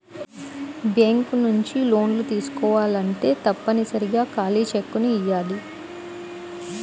bank నుంచి లోన్లు తీసుకోవాలంటే తప్పనిసరిగా ఖాళీ చెక్కుని ఇయ్యాలి